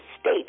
state